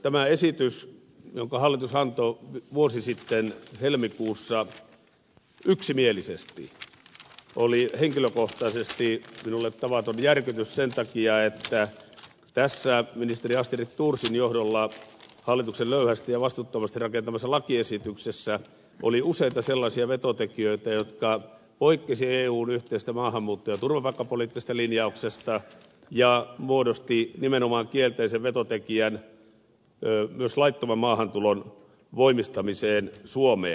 tämä esitys jonka hallitus antoi vuosi sitten helmikuussa yksimielisesti oli henkilökohtaisesti minulle tavaton järkytys sen takia että tässä ministeri astrid thorsin johdolla hallituksen löyhästi ja vastuuttomasti rakentamassa lakiesityksessä oli useita sellaisia vetotekijöitä jotka poikkesivat eun yhteisestä maahanmuutto ja turvapaikkapoliittisesta linjauksesta ja esitys muodosti nimenomaan kielteisen vetotekijän myös laittoman maahantulon voimistamiseen suomeen